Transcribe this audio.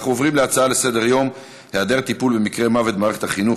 נעבור להצעות לסדר-היום בנושא: היעדר טיפול במקרי מוות במערכת החינוך,